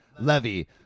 Levy